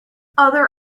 other